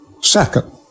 Second